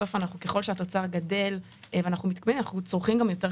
בסוף ככל שהתוצר גדל ואנחנו מתקדמים אנחנו גם צורכים יותר חשמל.